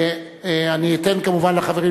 ואני אתן כמובן לחברים,